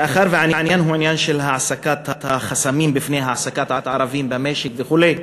מאחר שהעניין הוא הסרת חסמים בפני העסקת ערבים במשק וכו'